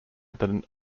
that